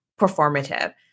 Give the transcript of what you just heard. performative